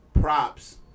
props